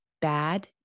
bad